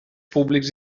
públics